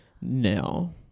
No